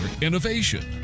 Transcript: innovation